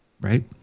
Right